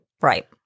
right